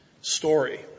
story